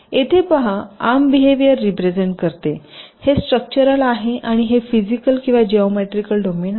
येथे पहा arm behaviour represent करते हे स्ट्रक्चरल आहे आणि हे फिजिकल किंवा जिओमेट्रिकल डोमेन आहे